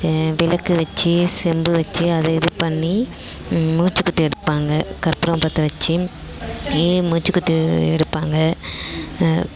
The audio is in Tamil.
விளக்கு வச்சு செம்பு வச்சு அதை இது பண்ணி மூச்சு குத்து எடுப்பாங்க கற்பூரம் பற்ற வச்சி மூச்சு குத்து எடுப்பாங்க